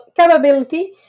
capability